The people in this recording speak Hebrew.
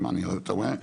אם אני לא טועה.